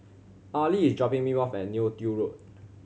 Arley is dropping me off at Neo Tiew Road